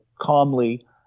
calmly